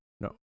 No